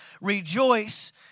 rejoice